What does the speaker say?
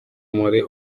muri